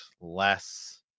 less